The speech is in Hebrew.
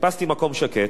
חיפשתי מקום שקט,